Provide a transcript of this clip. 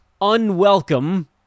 unwelcome